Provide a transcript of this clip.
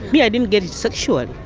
me, i didn't get it sexually. it